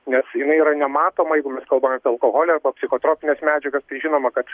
nes jinai yra nematoma jeigu mes kalbam apie alkoholį arba psichotropines medžiagas tai žinoma kad